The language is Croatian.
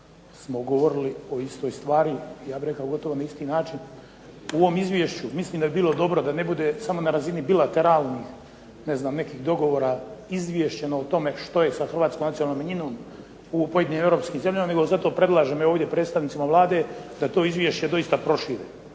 smo govorili o istoj stvari ja bih rekao na isti način. U ovom izvješću mislim da bi bilo dobro samo da ne bude na razini bilateralnih ne znam nekih dogovora izviješteno o tome što je sa Hrvatskom nacionalnom manjinom u pojedinim europskim zemljama, zato predlažem predstavnicima Vlade da to izvješće doista prošire,